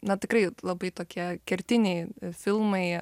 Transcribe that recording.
na tikrai labai tokie kertiniai filmai